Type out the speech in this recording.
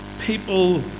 people